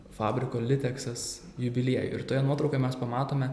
fabriko liteksas jubiliejų ir toje nuotraukoje mes pamatome